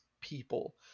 people